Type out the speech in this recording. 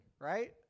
right